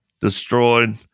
destroyed